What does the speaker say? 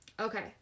Okay